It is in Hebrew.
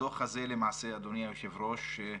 הדוח הזה למעשה, אדוני היושב ראש,